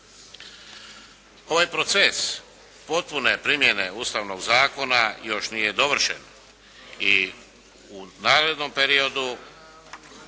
Ovaj proces potpune primjene Ustavnog zakona još nije dovršen. I u narednom periodu